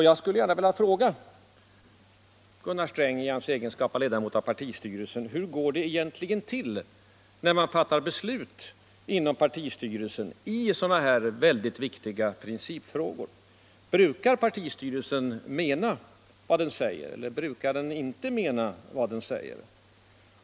Jag skulle gärna vilja fråga Gunnar Sträng i egenskap av ledamot i partistyrelsen: Hur går det egentligen till när man fattar beslut inom partistyrelsen i sådana här väldigt viktiga principfrågor? Brukar partistyrelsen mena vad den säger, eller brukar den inte mena vad den säger?